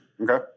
Okay